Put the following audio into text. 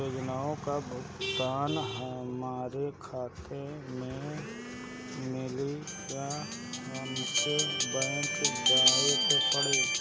योजनाओ का भुगतान हमरे खाता में मिली या हमके बैंक जाये के पड़ी?